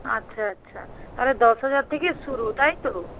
আচ্ছা আচ্ছা তাহলে দশ হাজার থেকে শুরু তাই তো